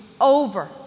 over